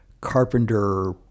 Carpenter